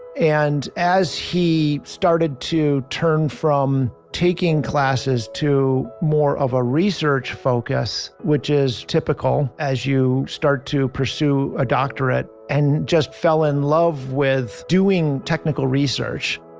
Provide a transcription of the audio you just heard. and as he started to turn from taking classes to more of a research focus, which is typical as you start to pursue a doctorate, and just fell in love with doing technical research